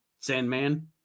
Sandman